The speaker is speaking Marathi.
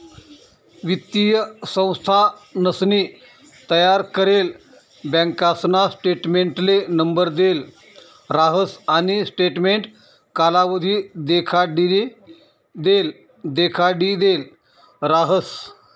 वित्तीय संस्थानसनी तयार करेल बँकासना स्टेटमेंटले नंबर देल राहस आणि स्टेटमेंट कालावधी देखाडिदेल राहस